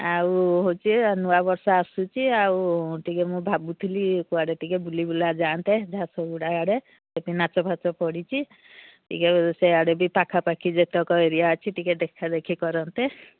ଆଉ ହଉଚି ନୂଆ ବର୍ଷ ଆସୁଚି ଆଉ ଟିକେଏ ମୁଁ ଭାବୁଥିଲି କୁଆଡ଼େ ଟିକେ ବୁଲି ବୁଲା ଯାଆନ୍ତେ ଝାସ ଗୁଡ଼ା ଆଆଡ଼େ ସେଠି ନାଚ ଫାଚ ପଡ଼ିଚି ଟିକେ ସେଆଡ଼େ ବି ପାଖାପାଖି ଯେତେକ ଏରିଆ ଅଛି ଟିକେ ଦେଖାଦେଖି କରନ୍ତେ